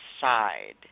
side